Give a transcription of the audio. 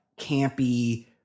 campy